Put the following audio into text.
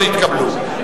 תוכנית לשילוב מקבלי,